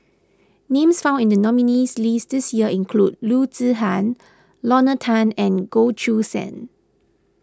names found in the nominees' list this year include Loo Zihan Lorna Tan and Goh Choo San